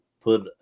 put